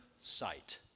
sight